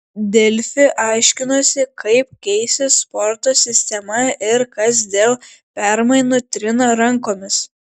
delfi aiškinosi kaip keisis sporto sistema ir kas dėl permainų trina rankomis